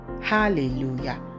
Hallelujah